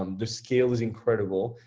um the scale is incredible,